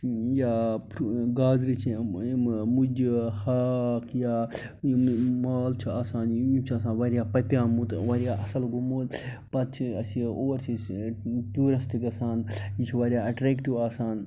یا گازرِ چھِ یِم یِم مُجہٕ ہاکھ یا یِم مال چھِ آسان یِم یِم چھِ آسان واریاہ پَپیومُت واریاہ اَصٕل گوٚمُت پَتہٕ چھِ اَسہِ یہِ اور چھِ أسۍ ٹوٗرَس تہِ گژھان یہِ چھِ واریاہ اٮ۪ٹرٛیکٹِو آسان